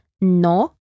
no